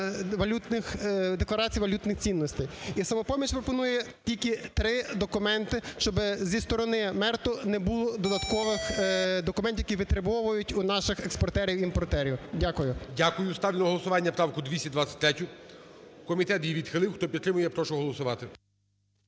декларацій валютних цінностей. І "Самопоміч" пропонує тільки три документи, щоб зі сторони МЕРТ не було додаткових документів, які витребовують у наших експортерів і імпортерів. Дякую. ГОЛОВУЮЧИЙ. Дякую. Ставлю на голосування правку 223, комітет її відхилив. Хто підтримує, я прошу голосувати.